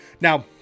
Now